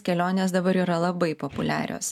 kelionės dabar yra labai populiarios